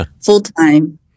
full-time